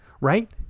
right